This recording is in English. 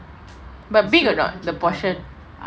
but big or not the portion